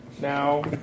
now